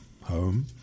home